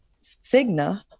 Cigna